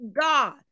God